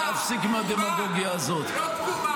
תפסיק עם הדמגוגיה הזאת.